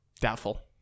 Doubtful